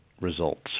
results